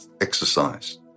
exercise